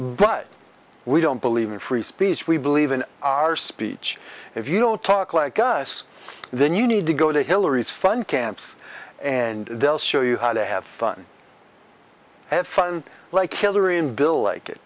but we don't believe in free speech we believe in our speech if you don't talk like us then you need to go to hillary's fund camps and they'll show you how to have fun have fun like hillary and bill like it